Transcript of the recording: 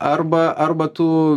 arba arba tu